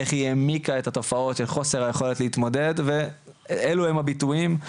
איך היא העמיקה את התופעות של חוסר היכולת להתמודד ואלו הם הביטויים,